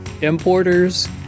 importers